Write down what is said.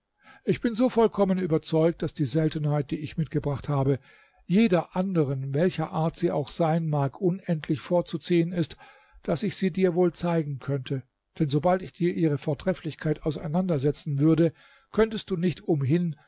ich bin so vollkommen überzeugt daß die seltenheit die ich mitgebracht habe jeder andern welcher art sie auch sein mag unendlich vorzuziehen ist daß ich sie dir wohl zeigen könnte denn sobald ich dir ihre vortrefflichkeit auseinandersetzen würde könntest du nicht umhin